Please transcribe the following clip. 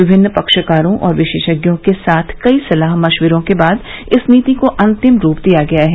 विभिन्न पक्षकारों और विशेषज्ञों के साथ कई सलाह मशविरों के बाद इस नीति को अंतिम रूप दिया गया है